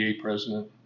president